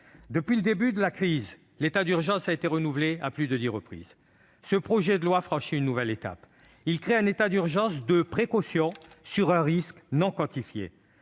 Depuis le début de la crise, l'état d'urgence a été renouvelé à plus de dix reprises. Ce projet de loi franchit une nouvelle étape : il crée un état d'urgence de précaution face à un risque non évalué.